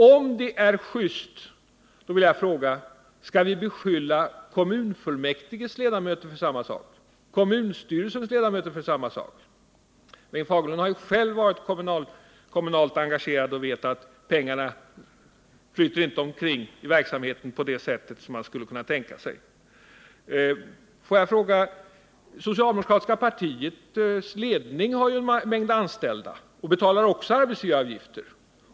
Om det är just vill jag fråga: Skall vi beskylla kommunfullmäktiges och kommunstyrelsens ledamöter för samma sak? Bengt Fagerlund har själv varit kommunalt engagerad och vet att pengarna inte flyter omkring i verksamheten på det sättet. Socialdemokratiska partiets ledning har en mängd anställda och betalar också arbetsgivaravgifter.